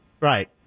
Right